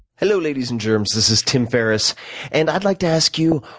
hello, ladies and germs. this is tim ferriss and i'd like to ask you,